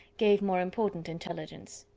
gave more important intelligence.